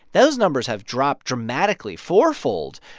those numbers have dropped dramatically fourfold.